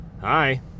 Hi